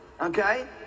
Okay